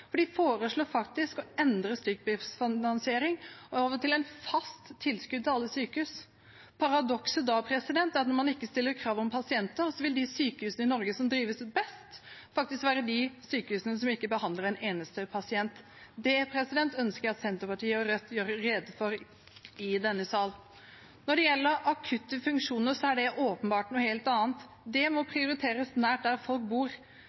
køer. De foreslår faktisk å endre fra stykkprisfinansiering til et fast tilskudd til alle sykehus. Paradokset da er at når man ikke stiller krav om pasienter, vil sykehusene i Norge som drives best, være de sykehusene som ikke behandler en eneste pasient. Det ønsker jeg at Senterpartiet og Rødt gjør rede for i denne sal. Når det gjelder akutte funksjoner, er det åpenbart noe helt annet. Det må prioriteres nært der folk bor.